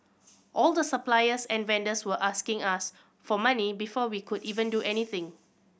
all the suppliers and vendors were asking us for money before we could even do anything